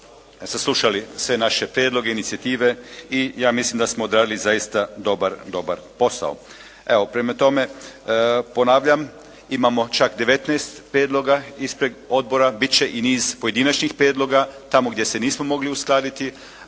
saslušali sve naše prijedloge, inicijative i ja mislim da smo odradili zaista dobar, dobar posao. Evo, prema tome, ponavljam imamo čak 19 prijedloga ispred odbora, bit će i niz pojedinačnih prijedloga, tamo gdje se nismo mogli uskladiti,